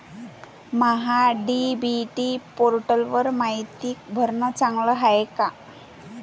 महा DBT पोर्टलवर मायती भरनं चांगलं हाये का?